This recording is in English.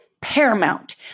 paramount